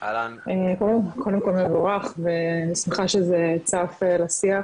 קודם כל דיון מבורך ואני שמחה שזה צעד לשיח.